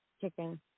chicken